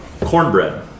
cornbread